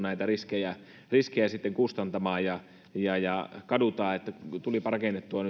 näitä riskejä riskejä kustantamaan ja ja kadutaan että tulipa rakennettua